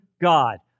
God